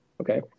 Okay